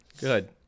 Good